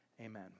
amen